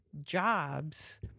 jobs